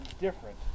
different